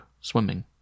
swimming